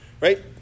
right